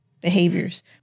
behaviors